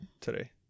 today